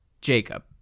Jacob